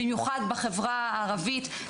במיוחד בחברה הערבית,